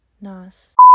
Nas